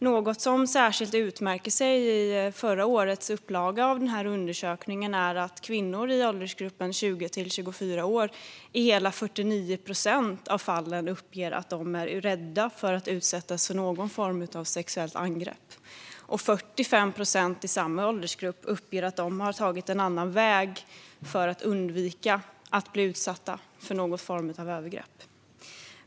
Något som särskilt utmärker sig i förra årets upplaga av undersökningen är att bland kvinnor i åldersgruppen 20-24 uppger hela 49 procent att de är rädda för att utsättas för någon form av sexuellt angrepp. 45 procent i samma åldersgrupp uppger att de har tagit en annan väg för att undvika att bli utsatta för någon form av övergrepp.